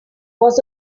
was